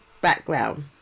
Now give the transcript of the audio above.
background